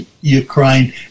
Ukraine